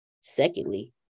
Secondly